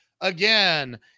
again